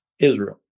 Israel